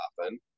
often